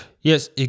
Yes